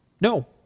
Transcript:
No